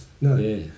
No